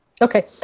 Okay